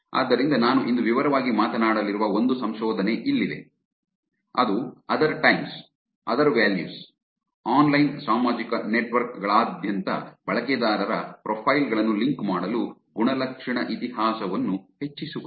ಆದ್ದರಿಂದ ನಾನು ಇಂದು ವಿವರವಾಗಿ ಮಾತನಾಡಲಿರುವ ಒಂದು ಸಂಶೋಧನೆ ಇಲ್ಲಿದೆ ಅದು other times other values online ಸಾಮಾಜಿಕ ನೆಟ್ವರ್ಕ್ ಗಳಾದ್ಯಂತ ಬಳಕೆದಾರರ ಪ್ರೊಫೈಲ್ ಗಳನ್ನು ಲಿಂಕ್ ಮಾಡಲು ಗುಣಲಕ್ಷಣ ಇತಿಹಾಸವನ್ನು ಹೆಚ್ಚಿಸುವುದು